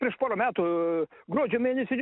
prieš porą metų gruodžio mėnesį